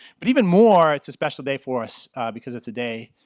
but even more, it's a special day for us because it's a day